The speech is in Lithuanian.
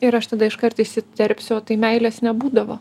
ir aš tada iškart įsiterpsiu o tai meilės nebūdavo